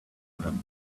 them